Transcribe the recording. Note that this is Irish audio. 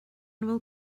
bhfuil